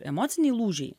emociniai lūžiai